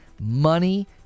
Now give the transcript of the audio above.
money